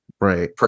right